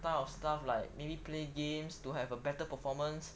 type of stuff like maybe play games to have a better performance